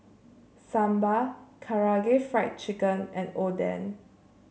Sambar Karaage Fried Chicken and Oden